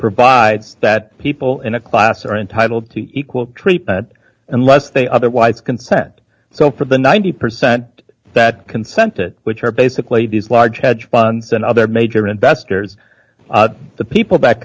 provides that people in a class are entitled to equal treatment unless they otherwise consent so for the ninety percent that consented which are basically these large hedge funds and other major investors the people